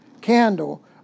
candle